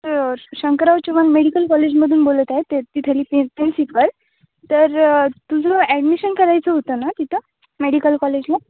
तर शंकरराव चव्हाण मेडिकल कॉलेजमधून बोलत आहे ते तिथली पि प्रिन्सिपल तर तुझं ॲडमिशन करायचं होतं ना तिथं मेडिकल कॉलेजला